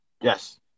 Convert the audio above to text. yes